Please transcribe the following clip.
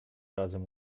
razem